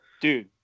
Dude